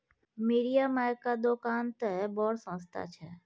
मिरिया मायक दोकान तए बड़ सस्ता छै